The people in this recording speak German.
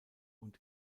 und